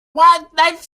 wildlife